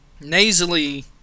nasally